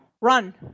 run